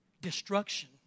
Destruction